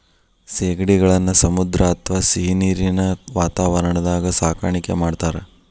ಸೇಗಡಿಗಳನ್ನ ಸಮುದ್ರ ಅತ್ವಾ ಸಿಹಿನೇರಿನ ವಾತಾವರಣದಾಗ ಸಾಕಾಣಿಕೆ ಮಾಡ್ತಾರ